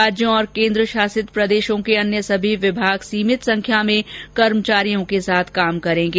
राज्यों और केंद्र शासित प्रदेशों के अन्य सभी विभाग सीमित संख्या में कर्मचारियों के साथ काम करेंगे